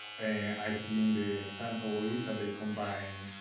i see in the santa luisa they combined